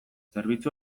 zerbitzu